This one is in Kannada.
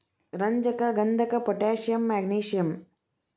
ರಂಜಕ ಗಂಧಕ ಪೊಟ್ಯಾಷಿಯಂ ಮ್ಯಾಗ್ನಿಸಿಯಂ